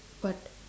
but